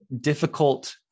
difficult